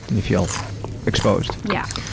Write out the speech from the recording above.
you feel exposed. yeah.